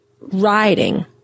riding